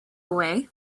way